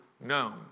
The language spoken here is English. known